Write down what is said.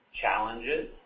challenges